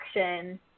action